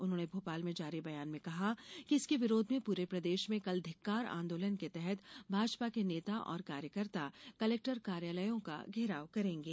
उन्होंने भोपाल में जारी बयान में कहा है कि इसके विरोध में पूरे प्रदेश में कल धिक्कार आंदोलन के तहत भाजपा के नेता और कार्यकर्ता कलेक्टर कार्यालयों का घेराव करेंगे